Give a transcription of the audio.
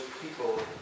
people